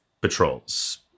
patrols